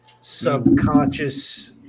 subconscious